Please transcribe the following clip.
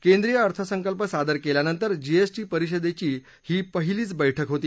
केंद्रीय अर्थसंकल्प सादर केल्यानंतर जीएसटी परिषदेची झालेली ही पहिलीच बैठक होती